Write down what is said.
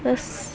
بس